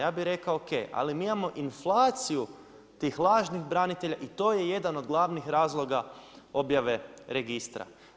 Ja bi rekao ok, ali mi imamo inflaciju tih lažnih branitelja i to je jedan od glavnih razloga objave registra.